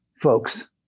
folks